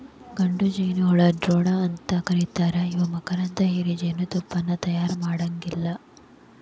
ಗಂಡು ಜೇನಹುಳಕ್ಕ ಡ್ರೋನ್ ಅಂತ ಕರೇತಾರ ಇವು ಮಕರಂದ ಹೇರಿ ಜೇನತುಪ್ಪಾನ ತಯಾರ ಮಾಡಾಂಗಿಲ್ಲ